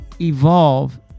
evolve